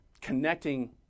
connecting